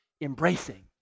embracing